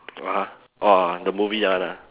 !wah! !whoa! the movie that one ah